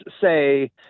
say—